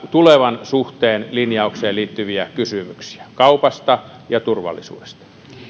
tulevan suhteen linjaukseen liittyviä kysymyksiä kaupasta ja turvallisuudesta